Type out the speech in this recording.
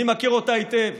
אני מכיר אותה היטב.